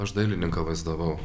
aš dailininką vaizdavau